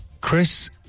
Chris